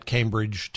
Cambridge